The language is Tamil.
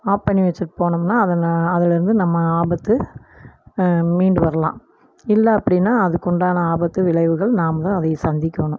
ஆப் பண்ணி வச்சிட்டு போனோம்னால் அது ந அதிலேருந்து நம்ம ஆபத்து மீண்டு வரலாம் இல்லை அப்படின்னா அதுக்குண்டான ஆபத்து விளைவுகள் நாம தான் அதையே சந்திக்கணும்